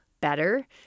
better